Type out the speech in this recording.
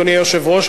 אדוני היושב-ראש,